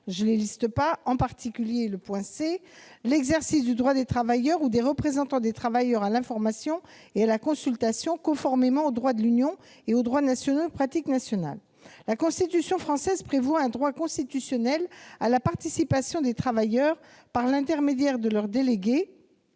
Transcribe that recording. dans le cadre de « l'exercice du droit des travailleurs ou des représentants des travailleurs à l'information et à la consultation, conformément au droit de l'Union et aux droits nationaux et pratiques nationales. » La Constitution prévoit un droit à la participation des travailleurs, par l'intermédiaire de leurs délégués,